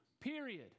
period